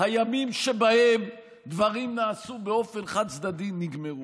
הימים שבהם דברים נעשו באופן חד-צדדי נגמרו.